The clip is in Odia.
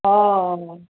ହଁ